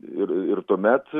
ir ir tuomet